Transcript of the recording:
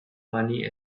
money